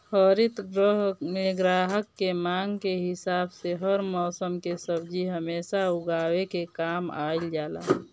हरित गृह में ग्राहक के मांग के हिसाब से हर मौसम के सब्जी हमेशा उगावे के काम कईल जाला